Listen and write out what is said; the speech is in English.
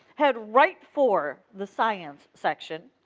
head right for the science section,